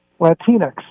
Latinx